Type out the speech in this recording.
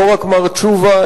לא רק מר תשובה,